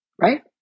right